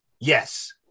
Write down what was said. yes